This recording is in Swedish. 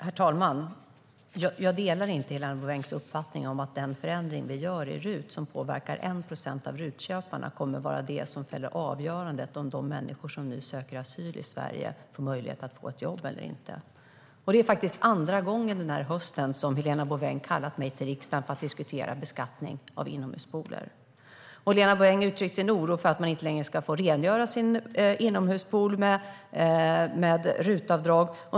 Herr talman! Jag delar inte Helena Bouvengs uppfattning att den förändring vi gör i RUT, som påverkar 1 procent av RUT-köparna, kommer att vara avgörande för om de människor som nu söker asyl i Sverige får en möjlighet till jobb eller inte. Det är andra gången denna höst som Helena Bouveng kallat mig till riksdagen för att diskutera beskattning av inomhuspooler. Helena Bouveng har tidigare uttryckt oro för att man inte längre ska få rengöra sin inomhuspool med RUT-avdrag.